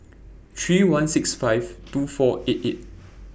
three one six five two four eight eight